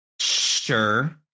Sure